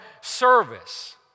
service